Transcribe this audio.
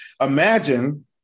Imagine